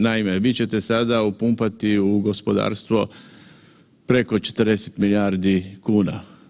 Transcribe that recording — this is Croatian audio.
Naime, vi ćete sada upumpati u gospodarstvo preko 40 milijardi kuna.